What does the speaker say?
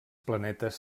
planetes